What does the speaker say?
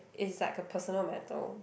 it's like a personal matter